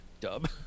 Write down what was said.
dub